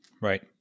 Right